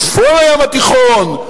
צפון הים התיכון,